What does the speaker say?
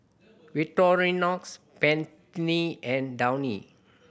Victorinox Pantene and Downy